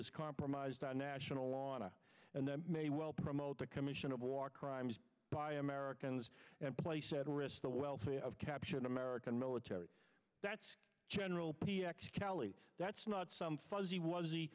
has compromised our national on a and that may well promote the commission of war crimes by americans and place at risk the wealthy of capture an american military that's general pierre kelly that's not some fuzzy was he